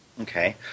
Okay